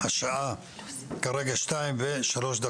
השעה 02:03,